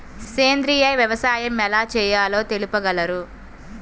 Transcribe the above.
సేంద్రీయ వ్యవసాయం ఎలా చేయాలో తెలుపగలరు?